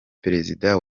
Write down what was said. perezida